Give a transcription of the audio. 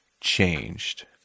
changed